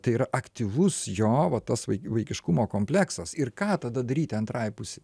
tai yra aktyvus jo va tas vaikiškumo kompleksas ir ką tada daryti antrai pusei